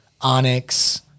Onyx